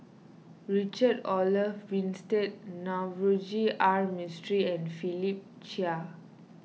Richard Olaf Winstedt Navroji R Mistri and Philip Chia